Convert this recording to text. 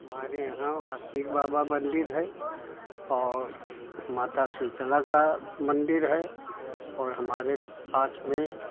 हमारे यहाँ वो आस्तिक बाबा मन्दिर है और माता शीतला का मन्दिर है और हमारे पास में